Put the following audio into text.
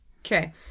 Okay